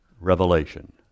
Revelation